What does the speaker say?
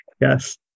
yes